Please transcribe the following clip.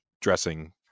dressing